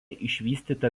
išvystyta